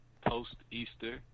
post-Easter